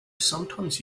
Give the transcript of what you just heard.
sometimes